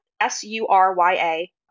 S-U-R-Y-A